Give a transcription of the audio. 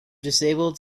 disabled